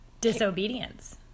disobedience